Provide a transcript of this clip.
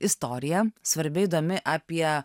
istorija svarbi įdomi apie